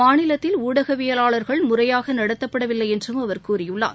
மாநிலத்தில் ஊடகவியலாளர்கள் முறையாக நடத்தப்படவில்லை என்றும் அவர் கூறியுள்ளார்